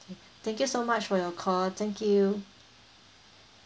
thank you so much for your call thank you